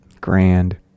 Grand